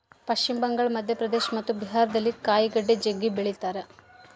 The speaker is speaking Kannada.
ಪಶ್ಚಿಮ ಬಂಗಾಳ, ಮಧ್ಯಪ್ರದೇಶ ಮತ್ತು ಬಿಹಾರದಲ್ಲಿ ಕಾಯಿಗಡ್ಡೆ ಜಗ್ಗಿ ಬೆಳಿತಾರ